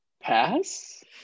Pass